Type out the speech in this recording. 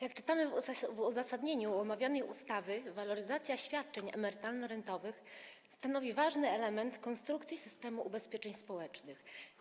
Jak czytamy w uzasadnieniu omawianej ustawy, waloryzacja świadczeń emerytalno-rentowych stanowi ważny element konstrukcji systemu ubezpieczeń społecznych.